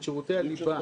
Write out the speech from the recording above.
את שירותי הליבה,